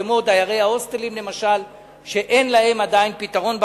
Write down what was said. כמו דיירי ההוסטלים, שאין להם עדיין פתרון בחוק.